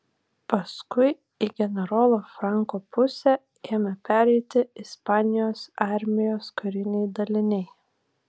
paskui į generolo franko pusę ėmė pereiti ispanijos armijos kariniai daliniai